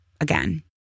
again